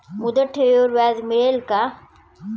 मुदत ठेवीवर व्याज मिळेल का?